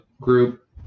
group